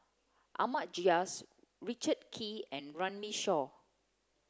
Ahmad Jais Richard Kee and Runme Shaw